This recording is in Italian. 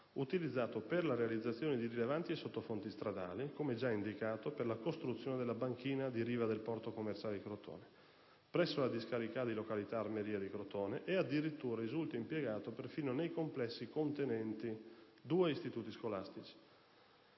utilizzato per la realizzazione di rilevati e sottofondi stradali, come già indicato, per la costruzione della banchina di riva del porto commerciale di Crotone, presso la discarica di località Armeria di Crotone e, addirittura, risulta impiegato perfino nei complessi contenenti due istituti scolastici.